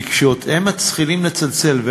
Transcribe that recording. כי כשהם מתחילים לצלצל,